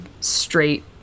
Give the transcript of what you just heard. straight